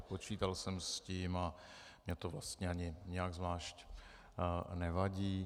Počítal jsem s tím a mně to vlastně ani nijak zvlášť nevadí.